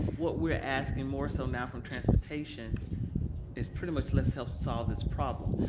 what we're asking more so now from transportation is pretty much let's help solve this problem.